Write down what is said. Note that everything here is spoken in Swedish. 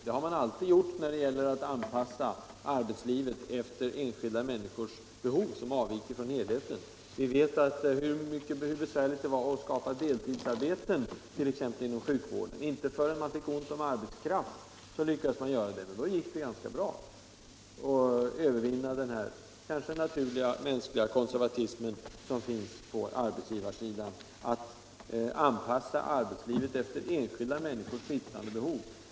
De har alltid funnits när det gäller att anpassa arbetslivet efter enskilda människors behov, som avviker från genomsnittet. Vi vet hur besvärligt det var att skapa deltidsarbeten, t.ex. inom sjukvården. Inte förrän det blev ont om arbetskraft lyckades det. Då gick det ganska bra att övervinna den här kanske naturliga och mänskliga konservatismen på arbetsgivarsidan och anpassa arbetslivet efter enskilda människors skiftande behov.